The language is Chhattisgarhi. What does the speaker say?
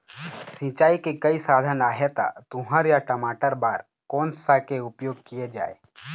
सिचाई के कई साधन आहे ता तुंहर या टमाटर बार कोन सा के उपयोग किए जाए?